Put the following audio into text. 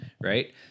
right